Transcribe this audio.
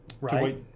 Right